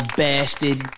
bastard